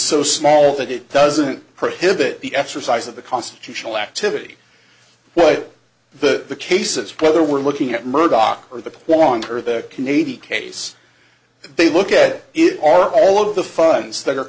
so small that it doesn't prohibit the exercise of the constitutional activity but the case of whether we're looking at murdoch or the war on terror the canadian case they look at it are all of the funds that are